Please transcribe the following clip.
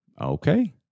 Okay